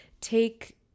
take